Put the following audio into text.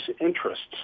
interests